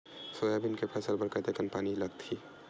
Soybean के फसल बर कतेक कन पानी लगही?